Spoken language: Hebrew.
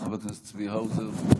חבר הכנסת צבי האוזר, בבקשה.